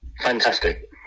fantastic